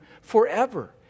forever